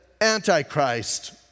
Antichrist